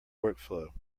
workflow